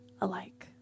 alike